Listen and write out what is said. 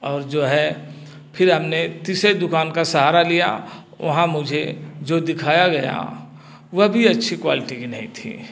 और जो है फिर हमने तीसरे दुकान का सहारा लिया वहाँ मुझे जो दिखाया गया वह भी अच्छी क्वालिटी की नहीं थी